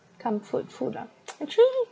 comfort food ah actually